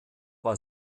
war